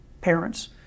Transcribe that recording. parents